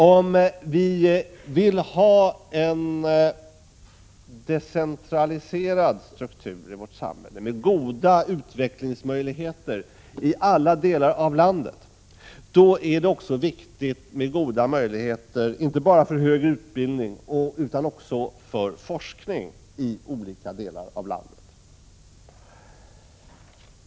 Om vi vill ha en decentraliserad struktur i vårt samhälle, med goda utvecklingsmöjligheter i alla delar av landet, då är det också viktigt med goda möjligheter inte bara för högre utbildning utan också för forskning i olika delar av landet.